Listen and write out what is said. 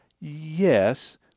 yes